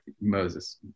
Moses